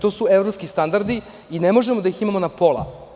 To su evropski standardi i ne možemo da ih imamo na pola.